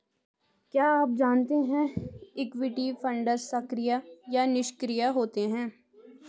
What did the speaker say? क्या आप जानते है इक्विटी फंड्स सक्रिय या निष्क्रिय होते हैं?